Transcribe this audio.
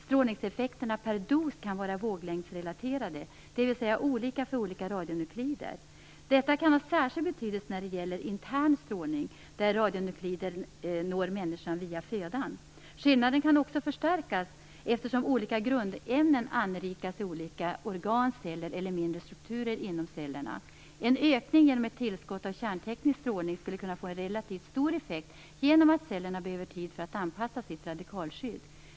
Strålningseffekterna per dos kan vara våglängdsrelaterade, dvs. olika för olika radionukleider. Detta kan ha särskild betydelse när det gäller intern strålning, där radionukleider når människan via födan. Skillnaden kan också förstärkas, eftersom olika grundämnen anrikas helt olika i organ, celler eller mindre strukturer inom cellerna. En ökning genom ett tillskott av kärnteknisk strålning skulle kunna få en relativt stor effekt, eftersom cellerna behöver tid för att anpassa sitt radikalskydd.